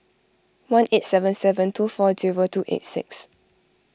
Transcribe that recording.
one eight seven seven two four zero two eight six